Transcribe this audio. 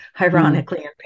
ironically